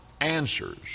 answers